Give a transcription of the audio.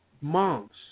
months